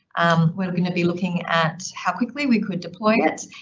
um, what we're going to be looking at how quickly we could deploy it,